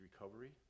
recovery